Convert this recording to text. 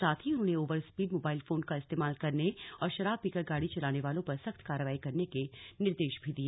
साथ ही उन्होंने ओवर स्पीड मोबाइल फोन का इस्तेमाल करने और शराब पीकर गाड़ी चलाने वालों पर सख्त कार्रवाई करने के निर्देश भी दिए